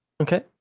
Okay